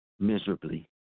Miserably